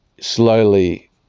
slowly